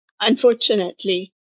unfortunately